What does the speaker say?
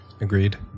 Agreed